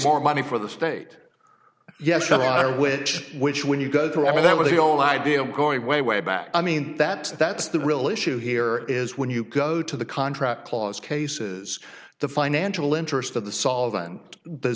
more money for the state yes there are which which when you go through i mean that with the old idea of going way way back i mean that that's the real issue here is when you go to the contract clause cases the financial interest of the solvent the